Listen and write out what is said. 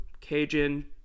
Cajun